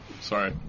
Sorry